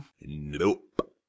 Nope